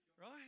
right